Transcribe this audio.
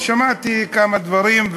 אני שמעתי כמה דברים,